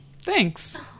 thanks